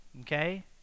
okay